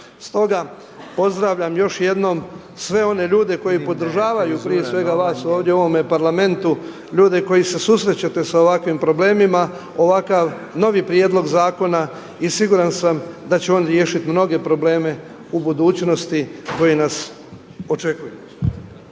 Stoga pozdravljam još jednom sve one ljude koji podržavaju prije svega vas ovdje u ovome Parlamentu, ljude koji se susrećete sa ovakvim problemima, ovakav novi prijedlog zakona. I siguran sam da će on riješiti mnoge probleme u budućnosti koji nas očekuju.